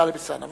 וטלב אלסאנע.